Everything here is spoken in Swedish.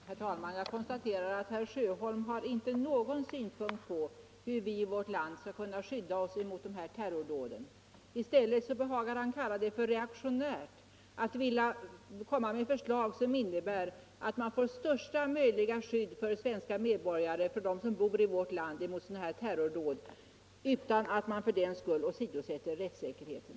Herr talman! Jag konstaterar att herr Sjöholm inte har någon enda synpunkt på hur vi i vårt land skall skydda oss mot terrordåd. I stället behagar han kalla det för reaktionärt att det läggs fram förslag som innebär att vi får största möjliga skydd för dem som bor i vårt land mot sådana här terrordåd utan att man för den skull åsidosätter rättssäkerheten.